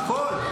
הכול.